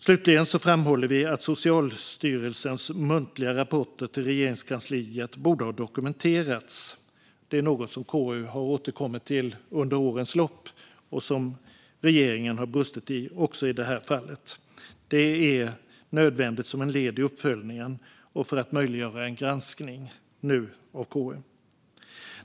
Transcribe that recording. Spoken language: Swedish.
Vi framhåller även att Socialstyrelsens muntliga rapporter till Regeringskansliet borde ha dokumenterats. Det är något som KU har återkommit till under årens lopp och där regeringen har brustit även i det här fallet. Det är nödvändigt som ett led i uppföljningen och för att nu möjliggöra för KU att genomföra en granskning.